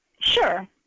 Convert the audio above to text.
sure